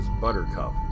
Buttercup